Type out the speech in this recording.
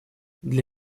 для